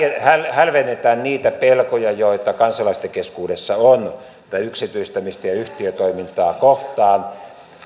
hälvennetään niitä pelkoja joita kansalaisten keskuudessa on yksityistämistä ja yhtiötoimintaa kohtaan